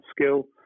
skill